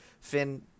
Finn